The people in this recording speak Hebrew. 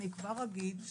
אני כבר אגיד,